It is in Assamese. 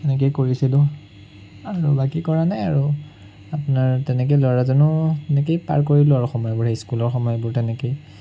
সেনেকেই কৰিছিলোঁ আৰু বাকী কৰা নাই আৰু আপোনাৰ তেনেকৈ ল'ৰাজনক তেনেকেই পাৰ কৰিলোঁ আৰু সময়বোৰ স্কুলৰ সময়বোৰ তেনেকেই